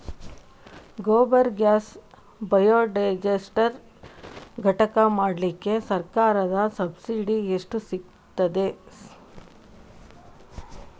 Gobar gas biodigester ಘಟಕ ಮಾಡ್ಲಿಕ್ಕೆ ಸರ್ಕಾರದ ಸಬ್ಸಿಡಿ ಎಷ್ಟು ಸಿಕ್ತಾದೆ?